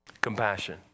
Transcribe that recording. Compassion